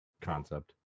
concept